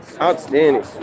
Outstanding